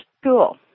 school